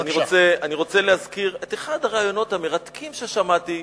אני רוצה להזכיר את אחד הראיונות המרתקים ששמעתי,